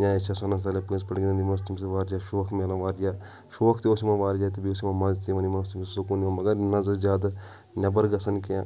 یا أسۍ چھِ پٔزۍ پٲٹھۍ گِنٛدان یِم ٲس تَمہِ سۭتۍ واریاہ شوق میلان واریاہ شوق تہِ اوس یِمَن واریاہ تہٕ بیٚیہِ اوس یِمَن مَزٕ تہِ یِوان یِمَن اوس تٔمۍ سۭتۍ سکوٗن یِوان مگر یِم نہ حظ ٲسۍ زیادٕ نٮ۪بَر گژھان کینٛہہ